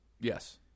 Yes